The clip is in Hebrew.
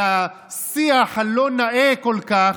על השיח הלא-נאה כל כך,